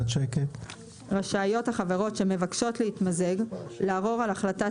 רשאיות החברות שמבקשות להתמזג לערור על החלטת